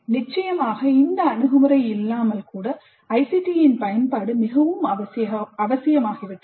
நிச்சயமாக இந்த அணுகுமுறை இல்லாமல் கூட ICTயின் பயன்பாடு மிகவும் அவசியமாகிவிட்டது